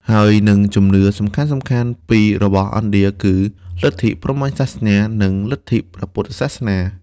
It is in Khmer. ហើយនិងជំនឿ សំខាន់ៗពីររបស់ឥណ្ឌា គឺលិទ្ធិព្រហ្មញ្ញសាសនា និងលិទ្ធិព្រះពុទ្ធសាសនា។